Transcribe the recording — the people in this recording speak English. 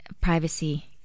privacy